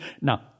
Now